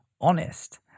honest